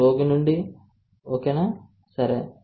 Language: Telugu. రోగి నుండి కణాలు సరేనా